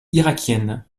irakienne